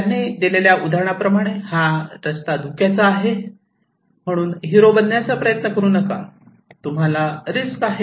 त्यांनी दिलेल्या उदाहरणाप्रमाणेच हा रस्ता धोक्यात आहे म्हणून हिरो बनण्याचा प्रयत्न करू नका तुम्हाला रिस्क आहे